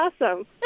awesome